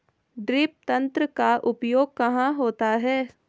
Drip तंत्र का उपयोग कहाँ होता है?